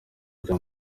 rya